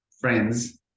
friends